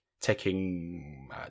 taking